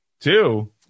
Two